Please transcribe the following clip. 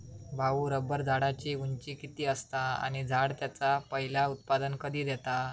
भाऊ, रबर झाडाची उंची किती असता? आणि झाड त्याचा पयला उत्पादन कधी देता?